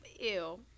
Ew